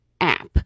app